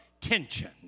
tension